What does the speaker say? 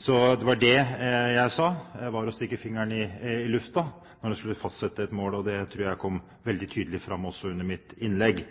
Så det var det jeg sa var som å stikke fingeren i lufta, når det skulle fastsettes et mål. Det tror jeg kom veldig tydelig fram også i mitt innlegg.